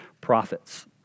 prophets